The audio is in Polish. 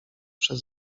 przed